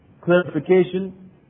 clarification